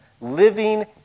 living